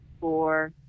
four